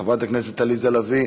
חברת הכנסת עליזה לביא,